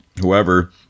whoever